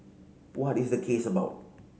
what is the case about